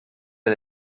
der